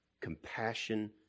compassion